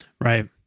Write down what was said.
Right